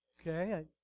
okay